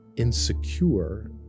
Insecure